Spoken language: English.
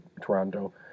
Toronto